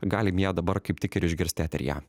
galim ją dabar kaip tik ir išgirst eteryje